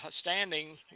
standing